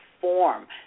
form